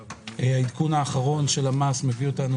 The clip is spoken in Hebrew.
העדכון האחרון של המס מביא אותנו